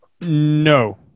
No